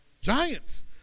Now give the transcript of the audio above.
Giants